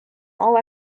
all